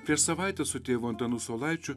prieš savaitę su tėvu antanu saulaičiu